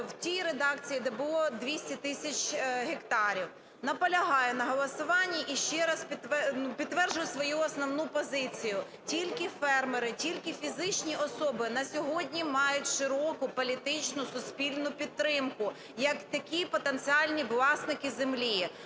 в тій редакції, де було 200 тисяч гектарів. Наполягаю на голосуванні. І ще раз підтверджую свою основну позицію. Тільки фермери, тільки фізичні особи на сьогодні мають широку політичну, суспільну підтримку, як такі потенціальні власники землі.